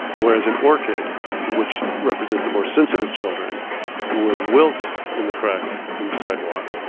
whereas an orchid which represents the more sensitive children would wilt in the crack in the sidewalk,